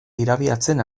irabiatzen